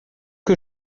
que